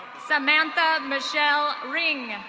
samantha michelle ring.